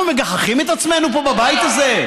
אנחנו מגחיכים את עצמנו פה בבית הזה?